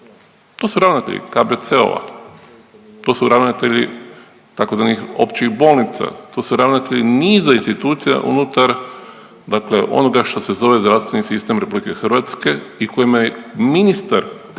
To su ravnatelji KBC-ova, to su ravnatelji tzv. općih bolnica, to su ravnatelji niza institucija unutar dakle onoga što se zove zdravstveni sistem RH i kojima je ministar konkretno